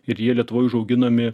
ir jie lietuvoj užauginami